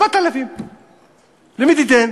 4,000. למי תיתן?